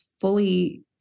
fully